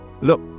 look